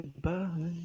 goodbye